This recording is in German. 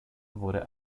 wurde